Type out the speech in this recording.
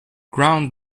ground